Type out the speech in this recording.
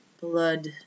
Blood